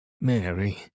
Mary